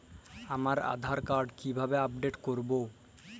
আমার আধার কার্ড কিভাবে আপডেট করব?